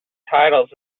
titles